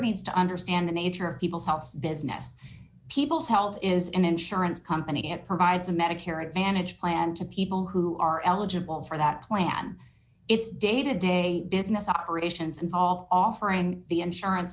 needs to understand the nature of people's thoughts business people's health is an insurance company it provides a medicare advantage plan to people who are eligible for that plan it's day to day business operations involved offering the insurance